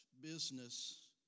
business